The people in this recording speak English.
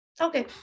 Okay